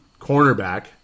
cornerback